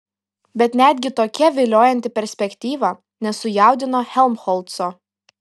bet netgi tokia viliojanti perspektyva nesujaudino helmholco